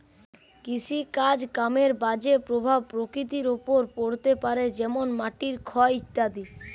কৃষিকাজ কামের বাজে প্রভাব প্রকৃতির ওপর পড়তে পারে যেমন মাটির ক্ষয় ইত্যাদি